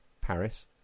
Paris